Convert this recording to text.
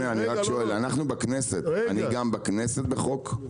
אנחנו בכנסת, אני תחת חוק?